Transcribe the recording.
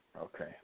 Okay